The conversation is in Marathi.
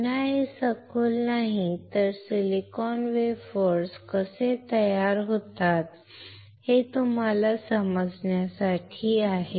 पुन्हा हे सखोल नाही तर सिलिकॉन वेफर्स कसे तयार होतात हे तुम्हाला समजण्यासाठी आहे